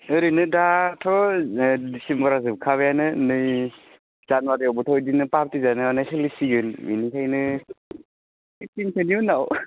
ओरैनो दाथ' ओ डिसिम्बरा जोबखाबायानो नै जानुवारियावबोथ' इदिनो पार्टि जानाय मानाय सोलिसिगोन बिनिखायनो फिभटिनसोनि उनाव